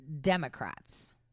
Democrats